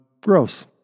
gross